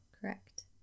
Correct